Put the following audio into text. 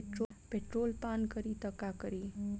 Petrol पान करी त का करी?